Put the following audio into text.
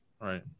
right